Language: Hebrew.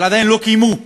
אבל עדיין לא קיימו.